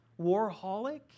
Warholic